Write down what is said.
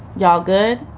y'all good?